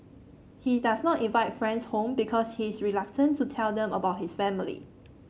he does not invite friends home because he is reluctant to tell them about his family